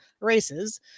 races